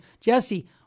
Jesse